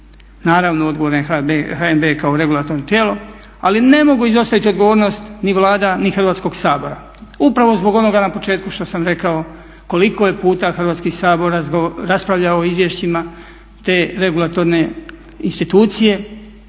Naravno odgovorna je HNB kao regulatorno tijelo, ali ne mogu izostaviti odgovornost ni Vlada ni Hrvatskog sabora, upravo zbog onoga na početku što sam rekao koliko je puta Hrvatski sabor raspravljao o izvješćima te regulatorne institucije